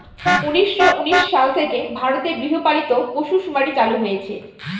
উনিশশো উনিশ সাল থেকে ভারতে গৃহপালিত পশুসুমারী চালু হয়েছে